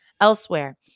Elsewhere